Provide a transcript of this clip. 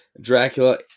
Dracula